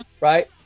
right